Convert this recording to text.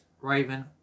Raven